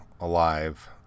alive